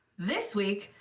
this week,